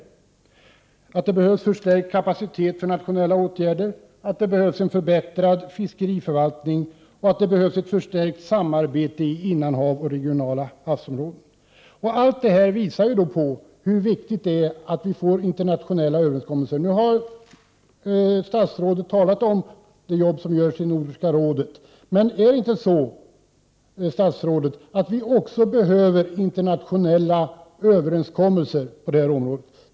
Det behövs förstärkt kapacitet för nationella åtgärder, det behövs en förbättrad fiskeriförvaltning och det behövs ett förstärkt samarbete i innanhav och regionala havsområden. Allt detta visar hur viktigt det är att vi får internationella överenskommelser. Statsrådet har talat om det arbete som görs i Nordiska rådet. Men är det inte så, statsrådet, att vi också behöver internationella överenskommelser på det här området?